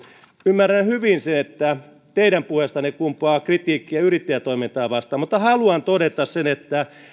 ymmärrän hyvin sen että teidän puheestanne kumpuaa kritiikkiä yrittäjätoimintaa vastaan mutta haluan todeta sen että